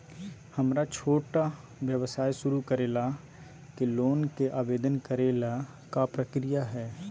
हमरा छोटा व्यवसाय शुरू करे ला के लोन के आवेदन करे ल का प्रक्रिया हई?